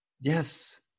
Yes